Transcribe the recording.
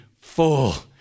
full